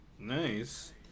nice